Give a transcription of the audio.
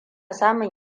samun